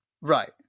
Right